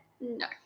No